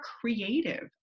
creative